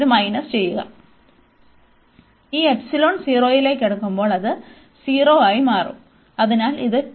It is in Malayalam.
ഇത് മൈനസ് ചെയ്യുക ഈ 0ലേക്ക് അടുക്കുമ്പോൾ അത് 0 ആയി മാറും